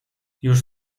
już